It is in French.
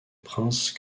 princes